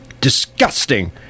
disgusting